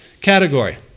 category